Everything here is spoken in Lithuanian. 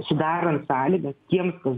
sudarant sąlygas tiems kas